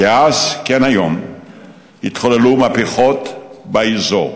כאז כן היום התחוללו מהפכות באזור,